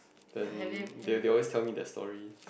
then they they'll always tell me their story